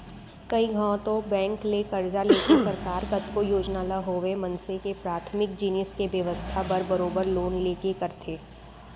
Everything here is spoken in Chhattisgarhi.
कइ घौं तो बेंक ले करजा लेके सरकार कतको योजना ल होवय मनसे के पराथमिक जिनिस के बेवस्था बर बरोबर लोन लेके करथे